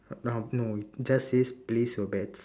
uh no just says place your bets